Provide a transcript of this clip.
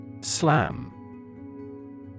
Slam